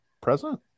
present